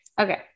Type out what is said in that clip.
okay